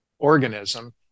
organism